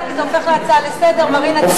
זה הופך להצעה לסדר-היום,